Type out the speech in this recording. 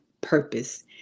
purpose